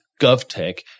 GovTech